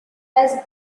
has